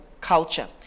culture